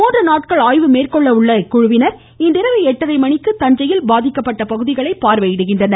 மூன்று நாட்கள் ஆய்வு மேற்கொள்ள உள்ள இக்குழுவினர் இன்றிரவு எட்டரை மணிக்கு தஞ்சையில் பாதிக்கப்பட்ட பகுதிகளை பார்வையிடுகின்றனர்